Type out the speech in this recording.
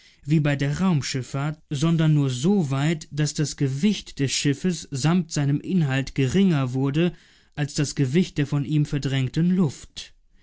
wie bei der raumschiffahrt sondern nur soweit daß das gewicht des schiffes samt seinem inhalt geringer wurde als das gewicht der von ihm verdrängten luft